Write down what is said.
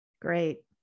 great